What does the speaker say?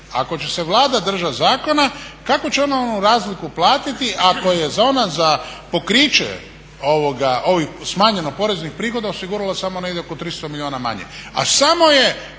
ako će se Vlada držat zakona kako će ona onu razliku platiti ako je … za pokriće smanjeno poreznih prihoda osigurala samo negdje oko 300 milijuna manje, a samo je